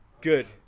good